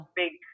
big